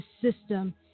system